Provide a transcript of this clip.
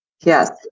Yes